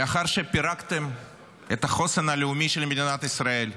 לאחר שפירקתם את החוסן הלאומי של מדינת ישראל,